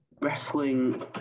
wrestling